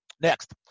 Next